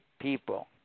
people